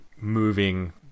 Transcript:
moving